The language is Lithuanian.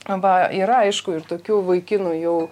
va yra aišku ir tokių vaikinų jau